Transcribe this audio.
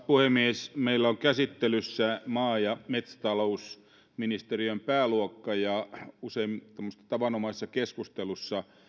puhemies meillä on käsittelyssä maa ja metsätalousministeriön pääluokka ja usein tämmöisessä tavanomaisessa keskustelussa